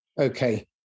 Okay